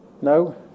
No